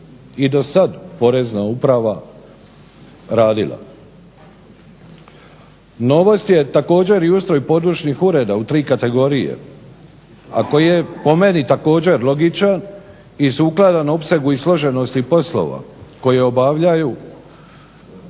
i dosad Porezna uprava radila. Novost je također i ustroj područnih ureda u tri kategorije, a koji je po meni također logičan i sukladan opsegu i složenosti poslova koje obavljaju